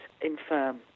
infirm